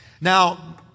Now